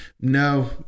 No